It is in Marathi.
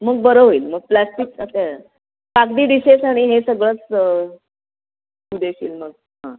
मग बरं होईल मग प्लॅस्टिक ते कागदी डिशेस आणि हे सगळंच तू देशील मग हां